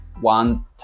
one